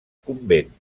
convent